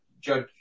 judge